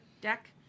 deck